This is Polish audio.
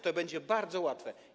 To będzie bardzo łatwe.